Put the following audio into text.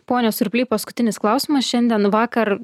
pone surply paskutinis klausimas šiandien vakar